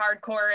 hardcore